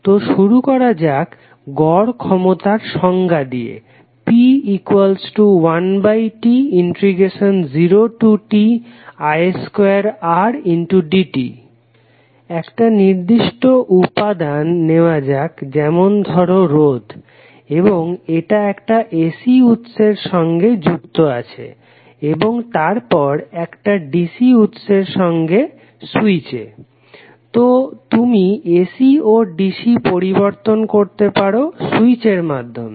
তো শুরু করা যাক গড় ক্ষমতার সংজ্ঞা দিয়ে P1T0Ti2Rdt একটা নির্দিষ্ট উপাদান নেওয়া যাক যেমন ধরো রোধ এবং এটা একটা AC উৎসের সঙ্গে যুক্ত আছে এবং তার পর একটা DC উৎস সঙ্গে সুইচ তো তুমি AC ও DC পরিবর্তন করতে পারো সুইচের মাধ্যমে